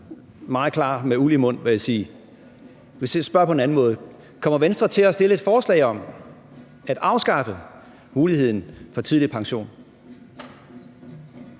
meget klar med uld i mund, vil jeg sige. Jeg spørger på en anden måde: Kommer Venstre til at fremsætte et forslag om at afskaffe muligheden for tidlig pension?